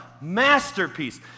masterpiece